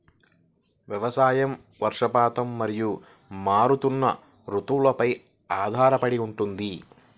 వ్యవసాయం వర్షపాతం మరియు మారుతున్న రుతువులపై ఆధారపడి ఉంటుంది